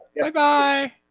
Bye-bye